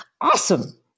Awesome